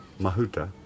Mahuta